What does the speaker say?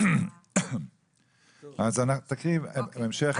תקריאי בהמשך,